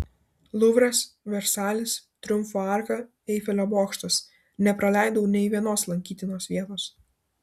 luvras versalis triumfo arka eifelio bokštas nepraleidau nė vienos lankytinos vietos